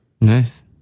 nice